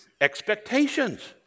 expectations